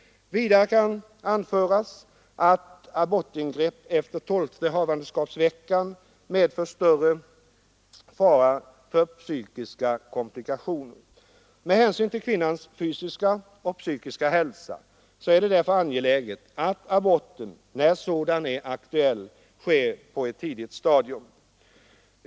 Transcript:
Vidare kan anföras att abortingrepp efter tolfte havandeskapsveckan medför större fara för psykiska komplikationer. Men hänsyn till kvinnans fysiska och psykiska hälsa är det därför angeläget att aborten, när sådan är aktuell, sker på ett tidigt stadium.